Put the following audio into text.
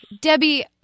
Debbie